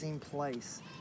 Place